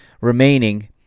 remaining